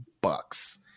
bucks